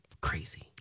crazy